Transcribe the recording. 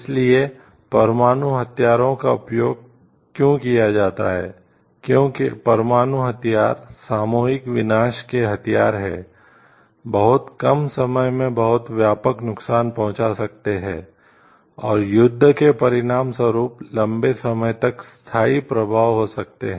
इसलिए परमाणु हथियारों का उपयोग क्यों किया जाता है क्योंकि परमाणु हथियार सामूहिक विनाश के हथियार हैं बहुत कम समय में बहुत व्यापक नुकसान पहुंचा सकते हैं और युद्ध के परिणामस्वरूप लंबे समय तक स्थायी प्रभाव हो सकते हैं